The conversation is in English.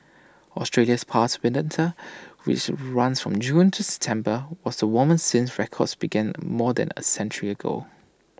Australia's past which runs from June to September was the warmest since records began more than A century ago